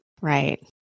Right